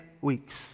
weeks